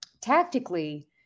Tactically